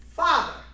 father